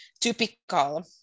typical